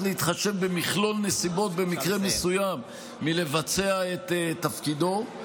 להתחשב במכלול נסיבות במקרה מסוים לבצע את תפקידו.